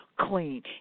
clean